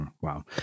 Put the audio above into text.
Wow